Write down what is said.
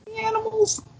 animals